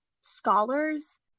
scholars